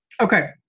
Okay